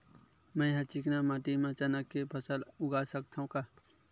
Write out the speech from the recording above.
मै ह चिकना माटी म चना के फसल उगा सकथव का?